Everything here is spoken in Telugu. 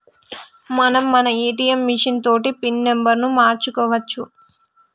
మనం మన ఏటీఎం మిషన్ తోటి పిన్ నెంబర్ను మార్చుకోవచ్చు